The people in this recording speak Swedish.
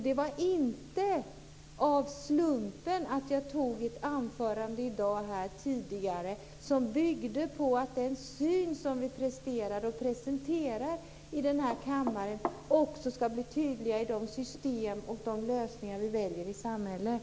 Det var ingen slump att mitt anförande tidigare i dag byggde på att den syn som vi presenterar i den här kammaren också ska bli tydlig i de system och de lösningar vi väljer i samhället.